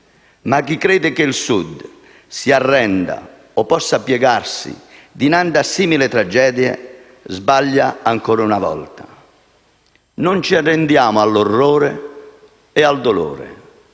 Ma chi crede che il Sud si arrenda o possa piegarsi dinanzi a simili tragedie, sbaglia ancora una volta. Non ci arrendiamo all'orrore e al dolore;